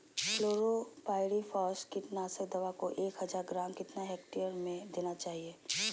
Chlorpyrifos कीटनाशक दवा को एक हज़ार ग्राम कितना हेक्टेयर में देना चाहिए?